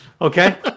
Okay